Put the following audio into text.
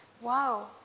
Wow